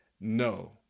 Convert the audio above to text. no